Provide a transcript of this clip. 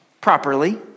properly